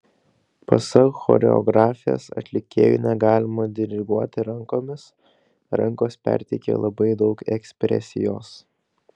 pasak choreografės atlikėjui negalima diriguoti rankomis rankos perteikia labai daug ekspresijos